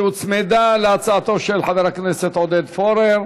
שהוצמדה להצעתו של חבר הכנסת עודד פורר: